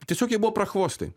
tiesiog jie buvo prachvostai